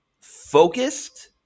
focused